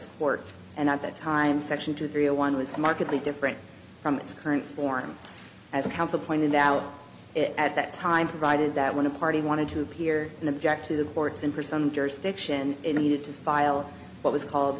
work and at that time section two three zero one was markedly different from its current form as counsel pointed out at that time provided that when a party wanted to appear in object to the courts and for some jurisdiction needed to file what was called